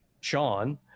Sean